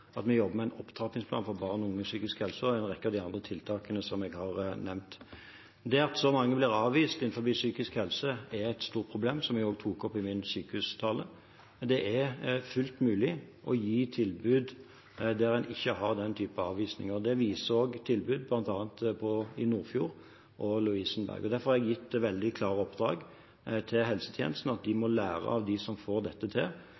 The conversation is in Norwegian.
at vi jobber med en opptrappingsplan for barn og unges psykiske helse, og til en rekke av de andre tiltakene som jeg har nevnt. Det at så mange blir avvist innen psykisk helse, er et stort problem, noe jeg også tok opp i min sykehustale, men det er fullt mulig å gi et tilbud der en ikke har den typen avvisning. Det viser tilbud bl.a. i Nordfjord og på Lovisenberg sykehus. Derfor har jeg gitt veldig klare oppdrag til helsetjenestene om at de må lære av dem som får dette til,